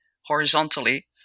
horizontally